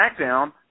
SmackDown